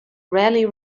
rarely